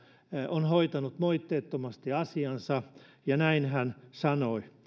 on hoitanut moitteettomasti asiansa ja näin hän sanoi